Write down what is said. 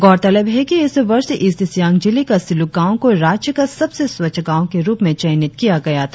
गौरतलब है कि इस वर्ष ईस्ट सियांग जिले का सिलुक गांव को राज्य का सबसे स्वच्छ गांव के रुप में चयनित किया गया था